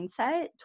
mindset